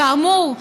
כאמור,